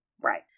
Right